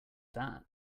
that